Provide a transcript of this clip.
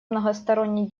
многосторонней